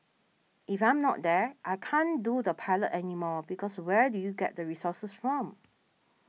if I'm not there I can't do the pilot anymore because where do you get the resources from